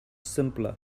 simpler